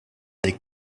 des